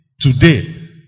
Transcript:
today